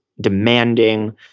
demanding